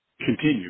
continue